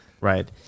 Right